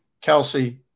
Kelsey